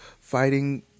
fighting